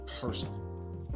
personally